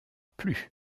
plus